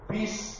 Peace